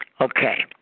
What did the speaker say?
Okay